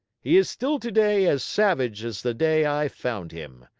he is still today as savage as the day i found him.